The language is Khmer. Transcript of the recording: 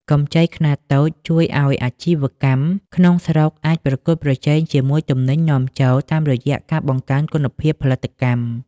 កម្ចីខ្នាតតូចជួយឱ្យអាជីវកម្មក្នុងស្រុកអាចប្រកួតប្រជែងជាមួយទំនិញនាំចូល តាមរយៈការបង្កើនគុណភាពផលិតកម្ម។